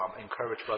encourage